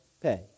pay